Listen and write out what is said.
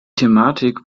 thematik